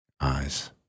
Eyes